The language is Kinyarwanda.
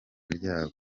ryabo